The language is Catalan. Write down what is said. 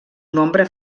nombre